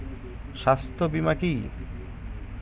স্বাস্থ্য বীমা কি?